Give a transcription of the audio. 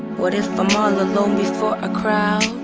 what if i'm all alone before a crowd,